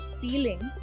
feeling